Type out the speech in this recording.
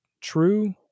true